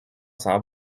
sans